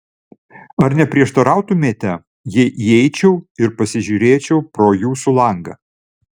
ar neprieštarautumėte jei įeičiau ir pasižiūrėčiau pro jūsų langą